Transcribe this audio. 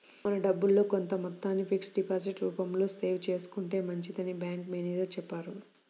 మన డబ్బుల్లో కొంత మొత్తాన్ని ఫిక్స్డ్ డిపాజిట్ రూపంలో సేవ్ చేసుకుంటే మంచిదని బ్యాంకు మేనేజరు చెప్పారు